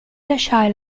lasciare